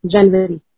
January